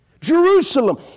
Jerusalem